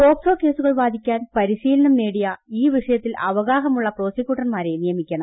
POCSO കേസുകൾ വാദിക്കാൻ പരിശീലനം നേടിയ ഈ വിഷയത്തിൽ അവഗാഹമുള്ള പ്രോസിക്യൂട്ടർമാരെ നിയമിക്കണം